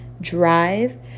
drive